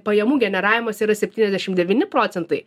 pajamų generavimas yra septyniasdešim devyni procentai